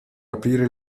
aprire